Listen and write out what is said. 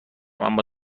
اما